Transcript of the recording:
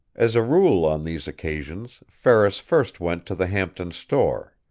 as a rule, on these occasions, ferris first went to the hampton store.